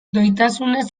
doitasunez